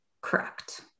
Correct